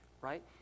right